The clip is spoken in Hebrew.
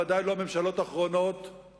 בוודאי לא מהממשלות האחרונות,